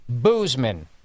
Boozman